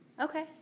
okay